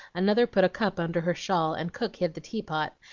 another put a cup under her shawl, and cook hid the teapot,